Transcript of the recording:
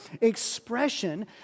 expression